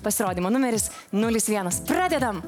pasirodymo numeris nulis vienas pradedam